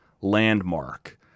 landmark